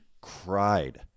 cried